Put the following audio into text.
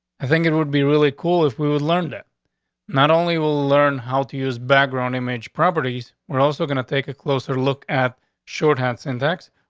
i think it would be really cool if we would learn that not only will learn how to use background image properties, we're also gonna take a closer look at short hands index,